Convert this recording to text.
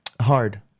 Hard